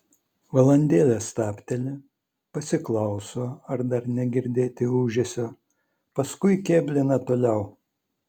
valandėlę stabteli pasiklauso ar dar negirdėti ūžesio paskui kėblina toliau